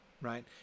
right